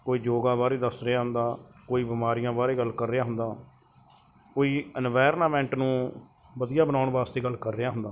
ਕੋਈ ਯੋਗਾ ਬਾਰੇ ਦੱਸ ਰਿਹਾ ਹੁੰਦਾ ਕੋਈ ਬਿਮਾਰੀਆਂ ਬਾਹਰੇ ਗੱਲ ਕਰ ਰਿਹਾ ਹੁੰਦਾ ਕੋਈ ਇਨਵਾਇਰਨਾਮੈਂਟ ਨੂੰ ਵਧੀਆ ਬਣਾਉਣ ਵਾਸਤੇ ਗੱਲ ਕਰ ਰਿਹਾ ਹੁੰਦਾ